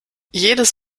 jedes